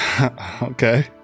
Okay